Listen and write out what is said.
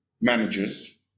managers